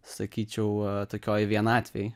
sakyčiau tokioj vienatvėj